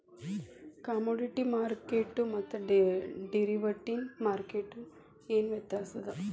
Commodity ಮಾರ್ಕೆಟ್ಗು ಮತ್ತ derivative ಮಾರ್ಕೆಟ್ಗು ಏನ್ ವ್ಯತ್ಯಾಸದ?